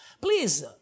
Please